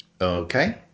Okay